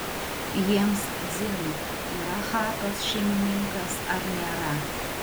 jiems dzin yra chatos šeimininkas ar nėra